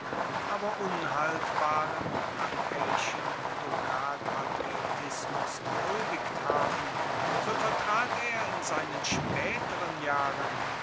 aber unhaltbaren achäischen lokalpatriotismus gehuldigt haben so vertrat er in seinen späteren jahren